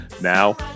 now